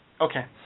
Okay